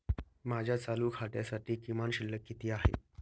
माझ्या चालू खात्यासाठी किमान शिल्लक किती आहे?